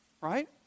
right